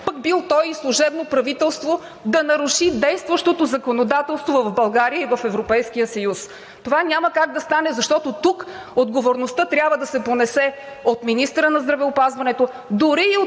бил той и служебно правителство, да наруши действащото законодателство в България и в Европейския съюз. Това няма как да стане, защото тук отговорността трябва да се понесе от министъра на здравеопазването, дори и от